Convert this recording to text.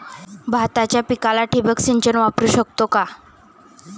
भाताच्या पिकाला ठिबक सिंचन वापरू शकतो का?